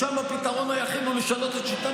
שם הפתרון היחיד הוא לשנות את שיטת